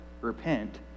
repent